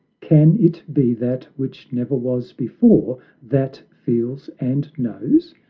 can it be that which never was before that feels and knows?